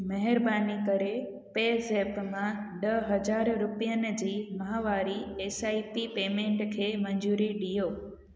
महिरबानी करे पे ज़ेप्प मां ॾह हज़ार रुपियनि जी माहवारी एस आई पी पेमेंट खे मंज़ूरी ॾियो